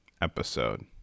episode